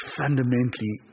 fundamentally